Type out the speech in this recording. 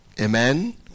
Amen